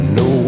no